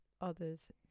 others